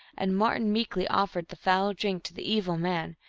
and martin meekly offered the foul drink to the evil man,